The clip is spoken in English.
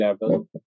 level